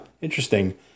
interesting